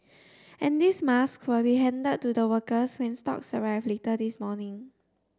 and these masks will be handed to the workers when stocks arrive later this morning